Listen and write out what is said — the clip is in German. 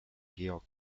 georg